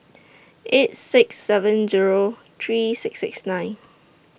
eight six seven Zero three six six nine